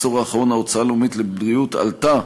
בעשור האחרון ההוצאה הלאומית על בריאות עלתה